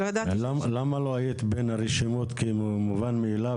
למה לא היית בין הרשימות כמובן מאליו